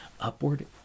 Upward